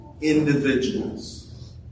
individuals